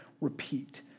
repeat